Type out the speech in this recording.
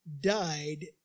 died